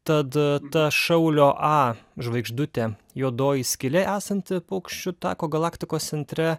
tad ta šaulio a žvaigždutė juodoji skylė esanti paukščių tako galaktikos centre